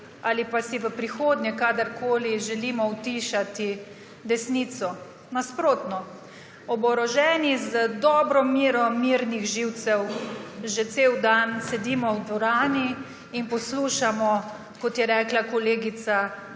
ali pa si v prihodnje želimo utišati desnico. Nasprotno. Oboroženi z dobro mero mirnih živcev že cel dan sedimo v dvorani in poslušamo, kot je rekla kolegica,